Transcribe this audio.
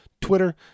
twitter